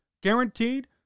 Guaranteed